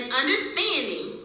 understanding